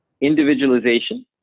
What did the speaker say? individualization